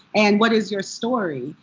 and what is your story?